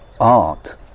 art